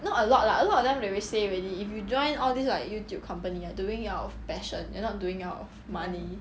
not a lot lah a lot of them they already say already if you join all these like youtube company you are doing it out of passion you are not doing out of money